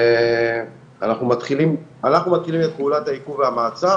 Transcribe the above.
ואנחנו מתחילים את פעולת העיכוב והמעצר,